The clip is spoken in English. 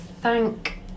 thank